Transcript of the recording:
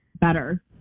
better